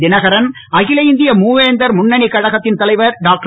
தினகரன் அகில இந்திய மூவேந்தர் முன்னணிக் கழகத்தின் தலைவர் டாக்டர்